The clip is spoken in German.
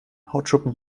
hautschuppen